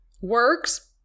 works